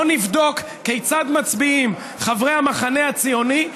בוא נבדוק כיצד מצביעים חברי המחנה הציוני.